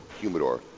humidor